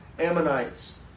Ammonites